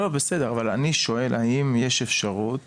בסדר אבל אני שואל האם יש אפשרות